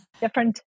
different